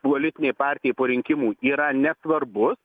politinei partijai po rinkimų yra nesvarbus